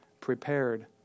prepared